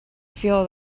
feel